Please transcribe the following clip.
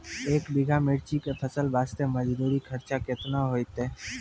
एक बीघा मिर्ची के फसल वास्ते मजदूरी खर्चा केतना होइते?